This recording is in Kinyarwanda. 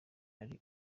ari